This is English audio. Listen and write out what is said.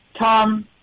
Tom